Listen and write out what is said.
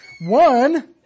One